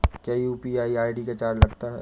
क्या UPI ID का charge लगता है?